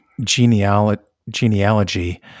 genealogy